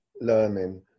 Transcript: learning